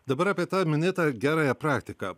dabar apie tą minėtą gerąją praktiką